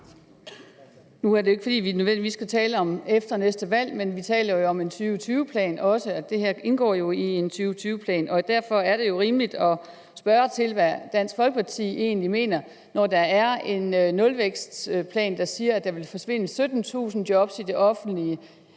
Nu er det jo ikke, fordi vi nødvendigvis skal tale om efter næste valg, men vi taler jo også om en 2020-plan, og det her indgår jo i en 2020-plan, og derfor er det jo rimeligt at spørge til, hvad Dansk Folkeparti egentlig mener, når der er en nulvækstplan, der siger, at der vil forsvinde 17.000 job i det offentlige,